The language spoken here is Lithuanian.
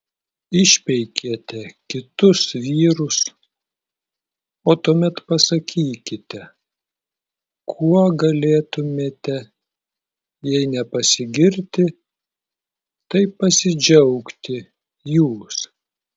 išpeikėte kitus vyrus o tuomet pasakykite kuo galėtumėte jei ne pasigirti tai pasidžiaugti jūs